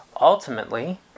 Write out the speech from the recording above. Ultimately